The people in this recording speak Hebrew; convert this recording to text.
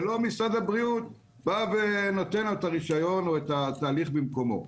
ולא משרד הבריאות נותן את הרישיון או עושה את התהליך במקומו.